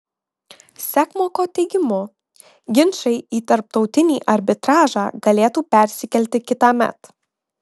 sekmoko teigimu ginčai į tarptautinį arbitražą galėtų persikelti kitąmet